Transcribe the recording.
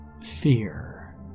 Fear